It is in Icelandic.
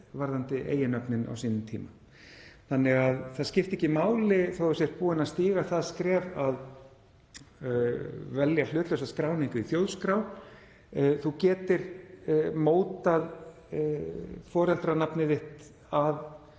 varðandi eiginnöfnin á sínum tíma þannig að það skipti ekki máli þó að þú sért búinn að stíga það skref að velja hlutlausa skráningu í þjóðskrá, þú getir mótað foreldranafnið þitt að